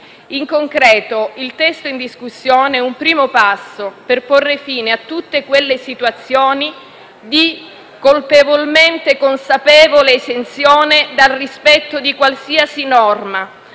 In concreto, il testo in discussione è un primo passo per porre fine a tutte quelle situazioni di colpevolmente consapevole esenzione dal rispetto di qualsiasi norma,